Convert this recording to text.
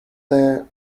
their